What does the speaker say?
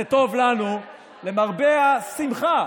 זה טוב לנו, ולמרבה השמחה